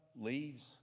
leaves